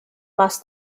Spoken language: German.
was